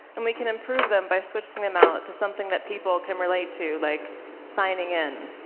and we can improve them by switching them out to something that people can relate to like signing in.